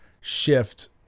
shift